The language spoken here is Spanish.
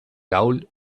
gaulle